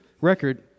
record